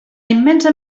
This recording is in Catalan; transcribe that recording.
immensa